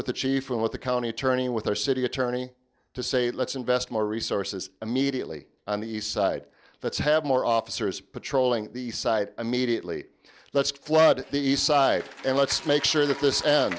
with the chief and with the county attorney with our city attorney to say let's invest more resources immediately on the east side let's have more officers patrolling the site immediately let's flood the east side and let's make sure that this end